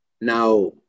Now